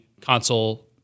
console